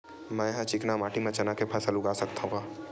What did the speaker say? मै ह चिकना माटी म चना के फसल उगा सकथव का?